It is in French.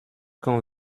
quand